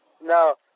No